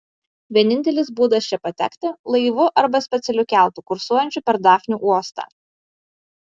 vienintelis būdas čia patekti laivu arba specialiu keltu kursuojančiu per dafnių uostą